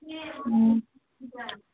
ꯎꯝ